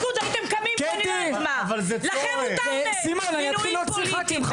סימון אני אתחיל להוציא ח"כים.